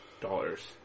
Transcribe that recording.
Dollars